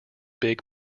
big